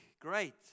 Great